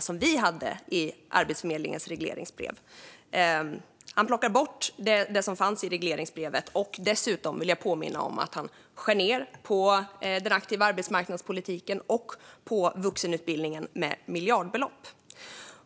som vi hade i Arbetsförmedlingens regleringsbrev. Han plockar bort det som fanns i regleringsbrevet. Dessutom påminner jag om att han skär ned på den aktiva arbetsmarknadspolitiken och på vuxenutbildningen med miljardbelopp.